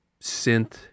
synth